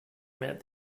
met